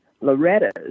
Loretta's